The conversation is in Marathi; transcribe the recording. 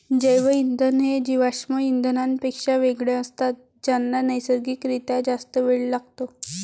जैवइंधन हे जीवाश्म इंधनांपेक्षा वेगळे असतात ज्यांना नैसर्गिक रित्या जास्त वेळ लागतो